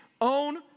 own